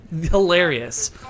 Hilarious